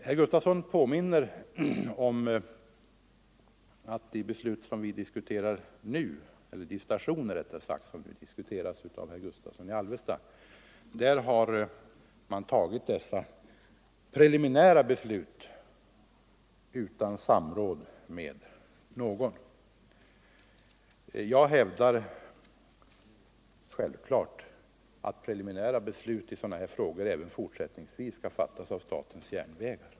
Herr Gustavsson i Alvesta påminner om att när det gäller de stationer som han nu diskuterar har man tagit dessa preliminära beslut utan samråd med någon. Jag hävdar självfallet att preliminära beslut i sådana här frågor även fortsättningsvis skall fattas av statens järnvägar.